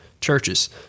churches